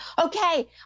Okay